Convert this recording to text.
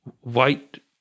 white